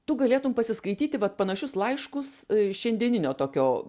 tu galėtum pasiskaityti vat panašius laiškus iš šiandieninio tokio